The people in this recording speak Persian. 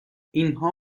اینها